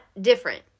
different